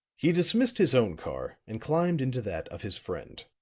he dismissed his own car and climbed into that of his friend.